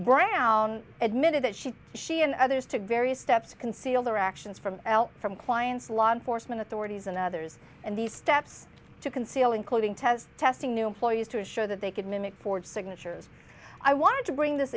brown admitted that she she and others to various steps to conceal their actions from from clients law enforcement authorities and others and the steps to conceal including test testing new employees to assure that they could mimic ford signatures i wanted to bring this